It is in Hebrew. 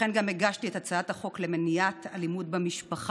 לכן גם הגשתי את הצעת החוק למניעת אלימות במשפחה.